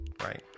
right